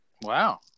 Wow